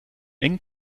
eng